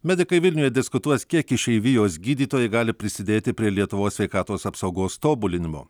medikai vilniuje diskutuos kiek išeivijos gydytojai gali prisidėti prie lietuvos sveikatos apsaugos tobulinimo